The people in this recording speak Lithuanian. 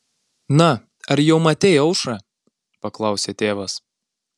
na ar jau matei aušrą paklausė tėvas